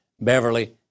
Beverly